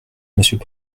monsieur